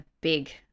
big